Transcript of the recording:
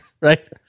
right